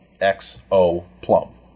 X-O-Plum